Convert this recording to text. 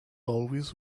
always